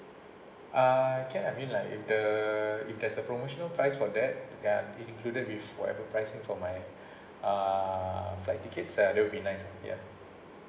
ah can I mean like if the if there's a promotional price for that ya it included with whatever pricing from my uh flight tickets that will be nice ya